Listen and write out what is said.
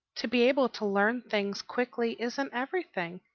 to be able to learn things quickly isn't everything.